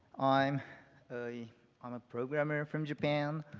i'm a um ah programmer from japan.